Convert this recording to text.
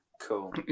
Cool